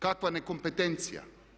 Kakva nekompetencija!